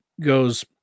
goes